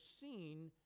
seen